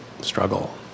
struggle